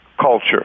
culture